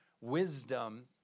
wisdom